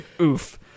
Oof